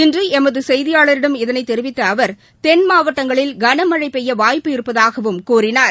இன்றுளமதுசெய்தியாளிடம் இதனைத் தெரிவித்தஅவர் தென் மாவட்டங்களில் கனமழழபெய்யவாய்ப்பு இருப்பதாகவும் கூறினார்